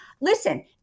listen